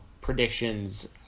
predictions